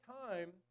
time